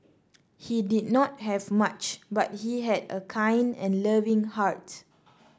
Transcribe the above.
he did not have much but he had a kind and loving heart